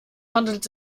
handelt